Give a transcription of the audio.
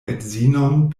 edzinon